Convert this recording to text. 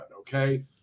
okay